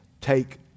Take